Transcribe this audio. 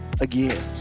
again